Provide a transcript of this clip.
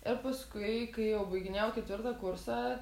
ir paskui kai jau baiginėjau ketvirtą kursą